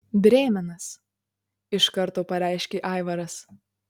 brėmenas iš karto pareiškė aivaras